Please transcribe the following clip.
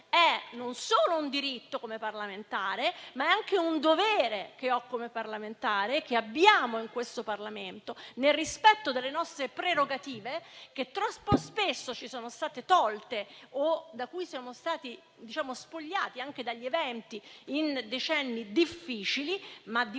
È non solo un mio diritto, ma è anche un dovere che ho come Parlamentare, che abbiamo in questo Parlamento, nel rispetto delle nostre prerogative, che troppo spesso ci sono state tolte o da cui siamo stati spogliati anche a causa degli eventi succedutisi in decenni difficili, ma di